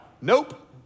nope